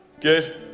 Good